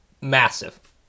Massive